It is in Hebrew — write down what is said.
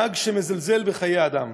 נהג שמזלזל בחיי אדם.